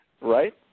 right